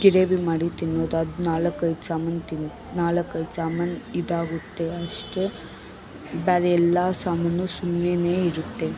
gravy ಮಾಡಿ ತಿನ್ನೋದು ಅದು ನಾಲ್ಕೈದು ಸಾಮಾನು ತಿನ್ ನಾಲ್ಕೈದು ಸಾಮಾನು ಇದಾಗುತ್ತೆ ಅಷ್ಟೇ ಬೇರೆಲ್ಲ ಸಾಮಾನು ಸುಮ್ನೆ ಇರುತ್ತೆ